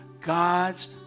God's